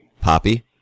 Poppy